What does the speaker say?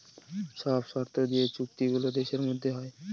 সব শর্ত দিয়ে চুক্তি গুলো দেশের মধ্যে হয়